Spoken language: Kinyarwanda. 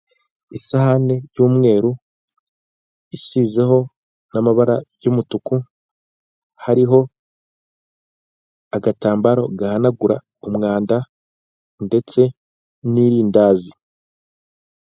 Isahani y'umweru isizeho n'amabara y'umutuku, hariho agatambaro gahanagura umwanda ndetse n'irindazi.